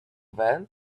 went